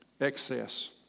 Excess